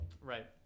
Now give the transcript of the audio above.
Right